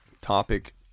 topic